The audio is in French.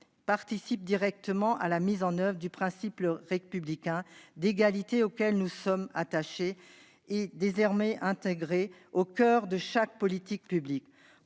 participe directement de la mise en oeuvre du principe républicain d'égalité, auquel nous sommes attachés. Il est désormais intégré au coeur de chaque politique publique.